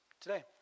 today